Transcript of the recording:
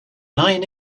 nine